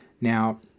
now